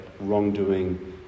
wrongdoing